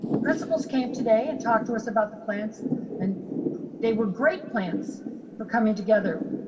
the principals came today and talked to us about the plans and they were great plans for coming together.